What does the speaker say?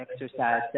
exercise